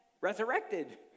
resurrected